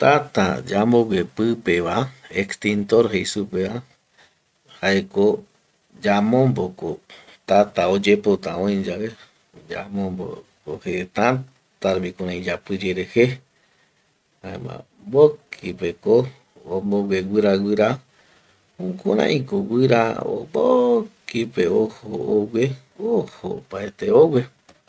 Tata yambogue pipeva extintor jei supeva jaeko yamomboko tata oyepota oi yae, yamomboko je täta rupi kurai yapiyere je jaema mbokipeko ombogue guiraguira jukuraiko guira mbokipe ojo ogue ojo opaete ogue